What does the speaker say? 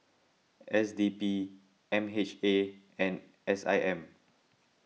S D P M H A and S I M